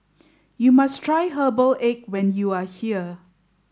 you must try Herbal Egg when you are here